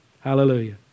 hallelujah